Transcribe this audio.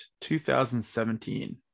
2017